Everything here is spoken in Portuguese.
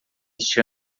este